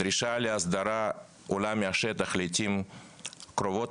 הדרישה להסדרה עולה מהשטח לעיתים קרובות,